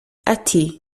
ati